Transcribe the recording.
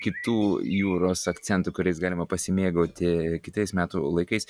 kitų jūros akcentų kuriais galima pasimėgauti kitais metų laikais